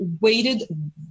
weighted